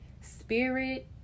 spirit